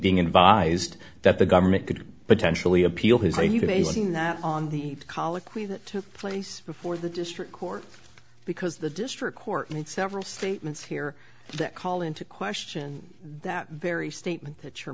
being advised that the government could potentially appeal his right you basing that on the colloquy that took place before the district court because the district court made several statements here that call into question that very statement that you're